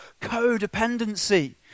codependency